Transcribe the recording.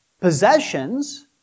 possessions